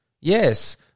Yes